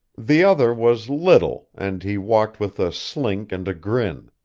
the other was little, and he walked with a slink and a grin.